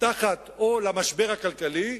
תחת עול המשבר הכלכלי,